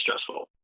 stressful